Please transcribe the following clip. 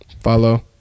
Follow